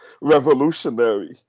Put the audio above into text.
revolutionary